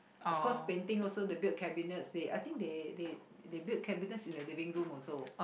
of course painting also they build cabinets they I think they they they build cabinets in the living room also